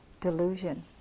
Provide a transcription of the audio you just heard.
delusion